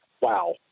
wow